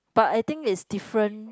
but I think it's different